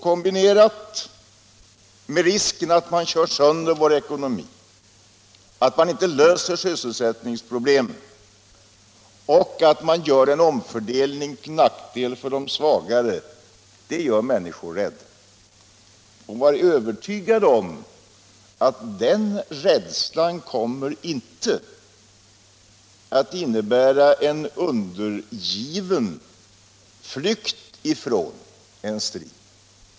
Kombinerat med risken att man kör sönder vår ekonomi, att man inte löser sysselsättningsproblemen och att man gör en omfördelning till nackdel för de svagare, gör detta människor rädda. Var övertygade om att den rädslan inte kommer att innebära en undergiven flykt ifrån en strid.